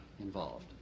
involved